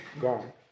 gone